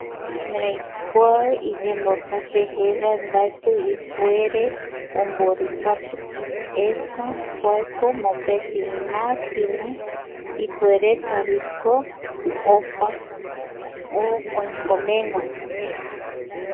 Erei kuae iyembokate jevae mbaeti ipuere omborikatu esa kuako mopeti máquina ipueretaviko opa o oikomegua